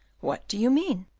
what do you mean?